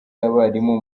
y’abarimu